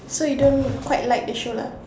so you don't quite like the show lah